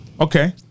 Okay